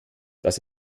das